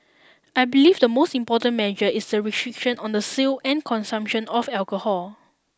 I believe the most important measure is the restriction on the sale and consumption of alcohol